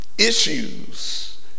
issues